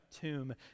tomb